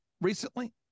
recently